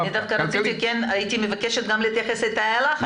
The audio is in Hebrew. אני דווקא כן הייתי מבקש להתייחס גם לתאי לחץ.